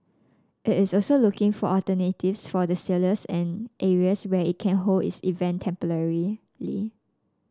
it is also looking for alternatives for its sailors and areas where it can hold its event temporarily